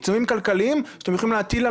עיצומים כלכליים שאתם יכולים להטיל על